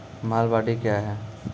महलबाडी क्या हैं?